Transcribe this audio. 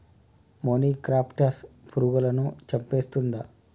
మొనిక్రప్టస్ పురుగులను చంపేస్తుందా?